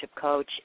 coach